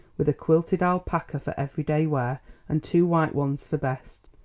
with a quilted alpaca for every-day wear and two white ones for best.